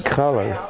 color